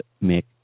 make